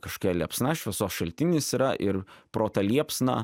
kašokia liepsna šviesos šaltinis yra ir pro tą liepsną